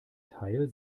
teil